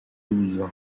douze